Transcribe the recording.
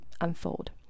unfold